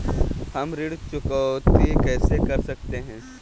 हम ऋण चुकौती कैसे कर सकते हैं?